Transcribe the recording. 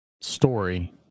story